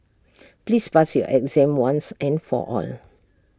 please pass your exam once and for all